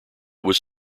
was